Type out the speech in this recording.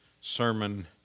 sermon